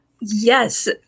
Yes